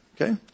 Okay